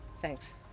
Thanks